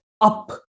up